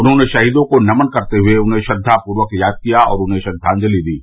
उन्होंने शहीदो को नमन करते हुए उन्हें श्रद्वापूर्वक याद किया और उन्हें श्रद्वाजलि अर्पित की